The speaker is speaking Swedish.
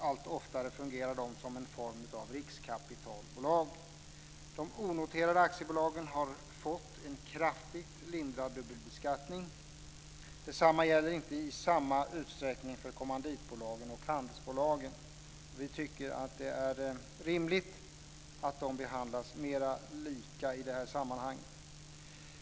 Allt oftare fungerar de som en form av riskkapitalbolag. De onoterade aktiebolagen har fått en kraftigt lindrad dubbelbeskattning. Detsamma gäller inte i samma utsträckning för kommanditbolagen och handelsbolagen. Vi tycker att det är rimligt att de behandlas mer lika i det här sammanhanget.